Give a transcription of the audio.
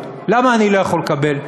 למה אני לא יכול לקבל?